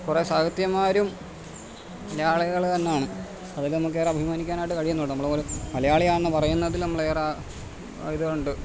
കുറേ സാഹിത്യമ്മാരും മലയാളികള് തന്നാണ് അതൊക്കെ നമുക്കേറെ അഭിമാനിക്കാനായിട്ട് കഴിയുന്നുണ്ട് നമ്മളോരു മലയാളിയാണെന്നു പറയുന്നതി നമ്മളേറെ ഇതുണ്ട്